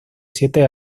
siete